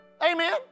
Amen